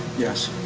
yes.